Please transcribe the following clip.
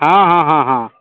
हँ हँ हँ हँ